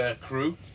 crew